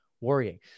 worrying